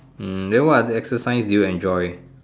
hmm then what other exercise do you enjoy